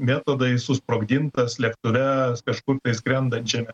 metodais susprogdintas lėktuve kažkur skrendančiame